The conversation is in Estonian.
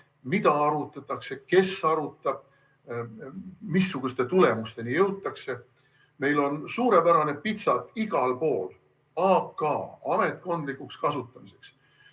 mida arutatakse, kes arutab, missuguste tulemusteni jõutakse. Meil on suurepärane pitsat igal pool: AK, ametkondlikuks kasutamiseks.